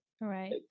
right